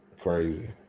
crazy